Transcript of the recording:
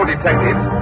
detectives